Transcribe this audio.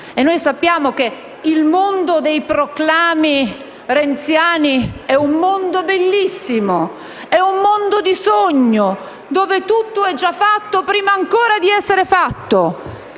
E noi sappiamo che il mondo dei proclami renziani è un mondo bellissimo. È un mondo di sogno dove tutto è già fatto prima ancora di essere fatto.